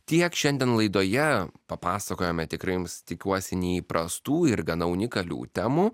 tiek šiandien laidoje papasakojome tikrai jums tikiuosi neįprastų ir gana unikalių temų